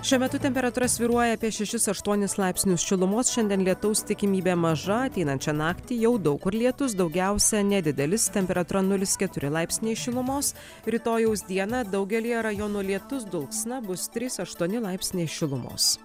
šiuo metu temperatūra svyruoja apie šešis aštuonis laipsnius šilumos šiandien lietaus tikimybė maža ateinančią naktį jau daug kur lietūs daugiausiai nedideli temperatūra nulis keturi laipsniai šilumos rytojaus dieną daugelyje rajonų lietus dulksna bus trys aštuoni laipsniai šilumos